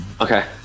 Okay